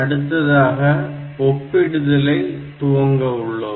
அடுத்ததாக ஒப்பிடுதலை துவங்க உள்ளோம்